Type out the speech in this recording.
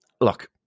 Look